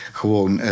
gewoon